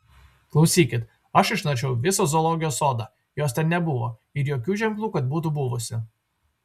klausykit aš išnaršiau visą zoologijos sodą jos ten nebuvo ir jokių ženklų kad būtų buvusi